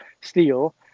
steel